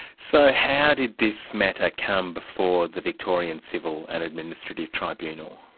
so how did this matter come before the victorian civil and administrative tribunal?